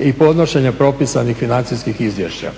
i podnošenje propisanih financijskih izvješća.